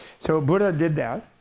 so buddha did that.